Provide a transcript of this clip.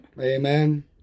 Amen